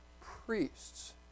priests